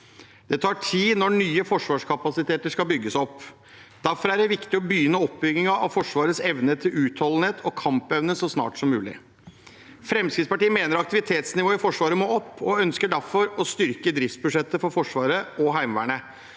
Det tar tid når nye forsvarskapasiteter skal bygges opp. Derfor er det viktig å begynne oppbyggingen av Forsvarets evne til utholdenhet og kampevne så snart som mulig. Fremskrittspartiet mener aktivitetsnivået i Forsvaret må opp, og ønsker derfor å styrke driftsbudsjettet for Forsvaret og Heimevernet.